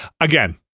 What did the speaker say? Again